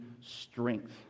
strength